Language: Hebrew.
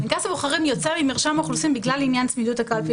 אני מניח שכשהחוק ייושם נראה שזה נוגע לעשרות אלפי פרטי רישום